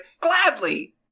gladly